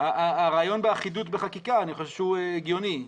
הרעיון באחידות בחקיקה אני חושב שהוא הגיוני.